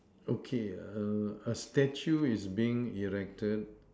okay err a statue is being erected